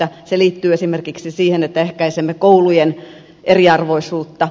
se liittyy esimerkiksi siihen että ehkäisemme koulujen eriarvoisuutta